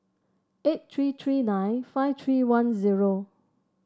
eight three three nine five three one